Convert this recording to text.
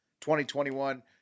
2021